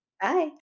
bye